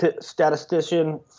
statistician